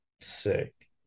sick